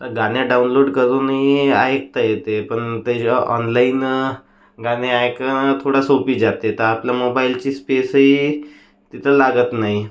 तर गाणं डाऊनलोड करूनही ऐकता येते पण ते जेव्हा ऑनलाईन गाणी ऐकणं थोडंं सोपी जाते तर आपल्या मोबाईलची स्पेसही तिथे लागत नाही